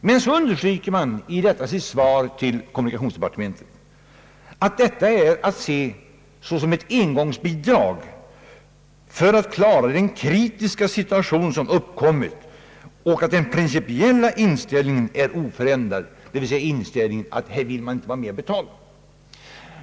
Man understryker emellertid i detta sitt svar till kommunikationsdepartementet att detta är att se såsom ett engångsbidrag för att klara den kritiska situation som uppkommit och att den principiella inställningen är oförändrad, dvs. att här vill man inte vara med och betala.